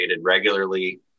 regularly